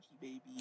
baby